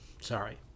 sorry